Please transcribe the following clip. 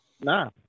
nah